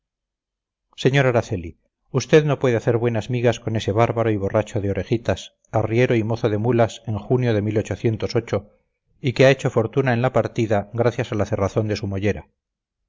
sr araceli usted no puede hacer buenas migas con ese bárbaro y borracho de orejitas arriero y mozo de mulas en junio de y que ha hecho fortuna en la partida gracias a la cerrazón de su mollera